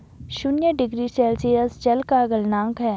शून्य degree Celsius जल का गलनांक है